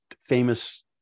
famous